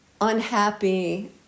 unhappy